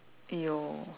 !aiyo!